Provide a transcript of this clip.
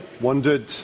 wondered